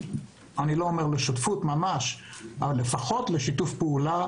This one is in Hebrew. אולי לא לשותפות של ממש אבל לפחות לשיתוף פעולה